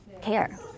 care